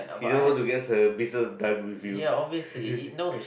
she just want to get her business done with you